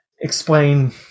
explain